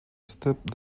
step